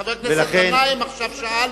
חבר הכנסת גנאים עכשיו שאל.